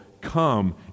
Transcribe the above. Come